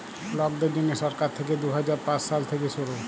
লকদের জ্যনহে সরকার থ্যাইকে দু হাজার পাঁচ সাল থ্যাইকে শুরু